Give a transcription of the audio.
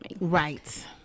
Right